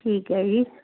ਠੀਕ ਹੈ ਜੀ